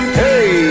hey